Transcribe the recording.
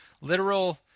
literal